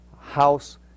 house